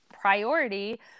priority